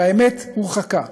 שהאמת הורחקה.